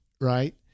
right